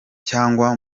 cyangwa